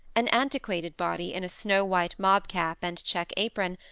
an antiquated body, in a snow-white mob-cap and check apron,